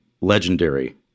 legendary